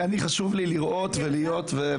חשוב לי לראות איך הדברים עובדים,